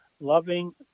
loving